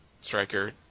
striker